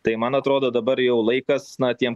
tai man atrodo dabar jau laikas na tiem